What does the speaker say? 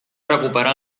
recuperà